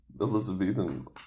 Elizabethan